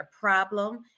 problem